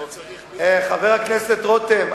חבר הכנסת רותם,